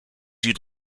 you’d